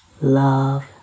Love